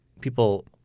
people